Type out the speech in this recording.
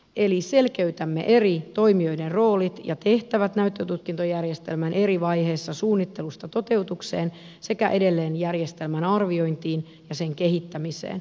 eli selkeytämme eri toimijoiden roolit ja tehtävät näyttötutkintojärjestelmän eri vaiheissa suunnittelusta toteutukseen sekä edelleen järjestelmän arviointiin ja sen kehittämiseen